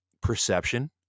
perception